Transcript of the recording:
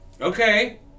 Okay